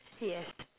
yes